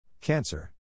Cancer